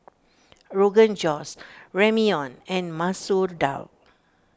Rogan Josh Ramyeon and Masoor Dal